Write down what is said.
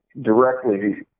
directly